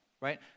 right